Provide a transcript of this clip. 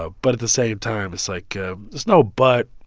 ah but at the same time, it's like there's no but.